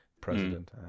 President